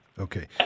Okay